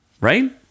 Right